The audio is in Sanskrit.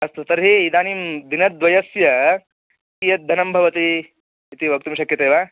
अस्तु तर्हि इदानीं दिनद्वयस्य कियद्धनं भवति इति वक्तुं शक्यते वा